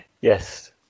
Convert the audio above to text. yes